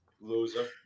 Loser